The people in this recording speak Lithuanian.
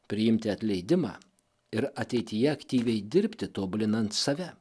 priimti atleidimą ir ateityje aktyviai dirbti tobulinant save